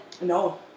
No